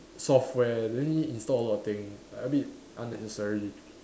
software then need install a lot of thing like a bit unnecessary